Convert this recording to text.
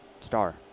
Star